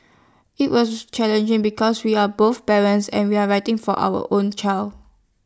IT was challenging because we are both parents and we're writing for our own child